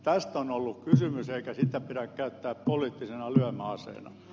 tästä on ollut kysymys eikä sitä pidä käyttää poliittisena lyömäaseena